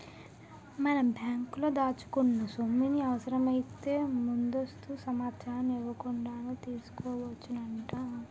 మనం బ్యాంకులో దాచుకున్న సొమ్ముని అవసరమైతే ముందస్తు సమాచారం ఇవ్వకుండానే తీసుకోవచ్చునట